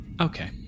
okay